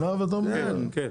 כן.